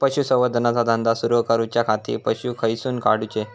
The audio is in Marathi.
पशुसंवर्धन चा धंदा सुरू करूच्या खाती पशू खईसून हाडूचे?